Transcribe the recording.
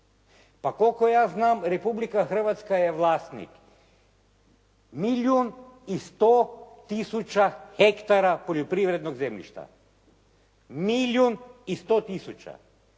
Pa koliko ja znam, Republika Hrvatska je vlasnik milijun i 100 tisuća hektara poljoprivrednog zemljišta. Milijun i 100 tisuća.